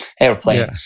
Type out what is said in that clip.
airplane